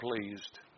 pleased